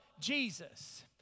Jesus